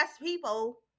people